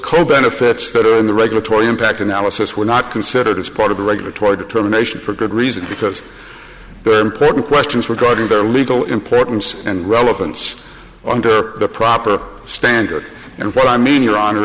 co benefits that are in the regulatory impact analysis were not considered as part of the regular toward terminations for good reason because there are important questions regarding their legal importance and relevance on the proper standard and what i mean your honor